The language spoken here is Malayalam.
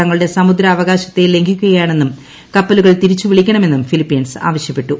തങ്ങളുടെ സമുദ്രാവകാശത്തെ ലംഘിക്കുകയാണെന്നും കപ്പലുകൾ തിരിച്ചു വിളിക്കണമെന്നും ഫിലീപ്പീൻസ് ആവശ്യപ്പെട്ടു